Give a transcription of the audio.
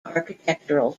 architectural